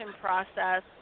process